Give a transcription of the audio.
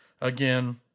Again